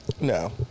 No